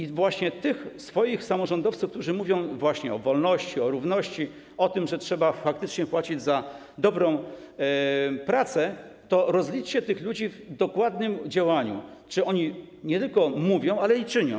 I rozliczcie swoich samorządowców, którzy mówią o wolności, o równości, o tym, że trzeba faktycznie płacić za dobrą pracę, rozliczcie tych ludzi w dokładnym działaniu, czy oni nie tylko mówią, ale i czynią.